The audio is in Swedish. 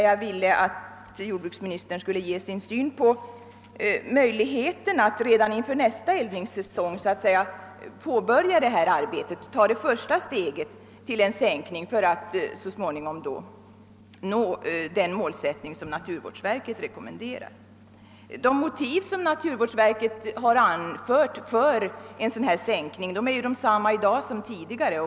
Jag ville att jordbruksministern skulle ge sin syn på möjligheten att redan inför nästa eldningssäsong påbörja detta arbete och ta första steget i sänkningen för att så småningom nå det mål som naturvårdsverket rekommenderar. De motiv som naturvårdsverket har anfört för en sänkning är desamma i dag som tidigare.